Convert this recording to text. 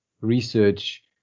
research